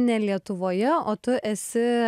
ne lietuvoje o tu esi